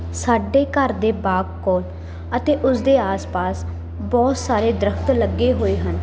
ਸਾਡੇ ਘਰ ਦੇ ਬਾਗ ਕੋਲ ਅਤੇ ਉਸਦੇ ਆਸ ਪਾਸ ਬਹੁਤ ਸਾਰੇ ਦਰੱਖਤ ਲੱਗੇ ਹੋਏ ਹਨ